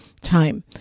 time